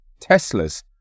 Teslas